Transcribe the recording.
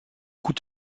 coups